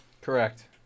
correct